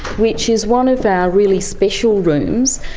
which is one of our really special rooms.